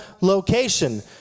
location